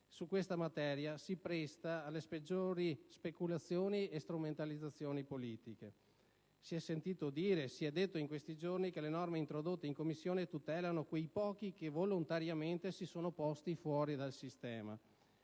questa materia si presta alle peggiori speculazioni e strumentalizzazioni politiche. Si è detto, in questi giorni, che le norme introdotte in Commissione tutelano quei pochi che, volontariamente, si sono posti fuori dal sistema.